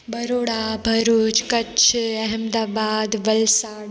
Baroda Bharuch Kutch Ahmedabad Valsad